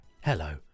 Hello